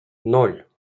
ноль